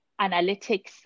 analytics